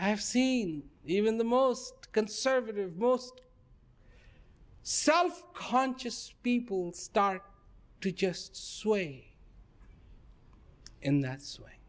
have seen even the most conservative most some of conscious people start to just swing in that